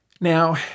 Now